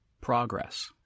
progress